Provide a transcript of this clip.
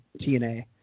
TNA